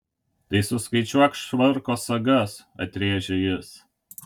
tai suskaičiuok švarko sagas atrėžė jis